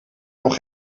nog